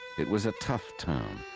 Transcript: it was a tough town,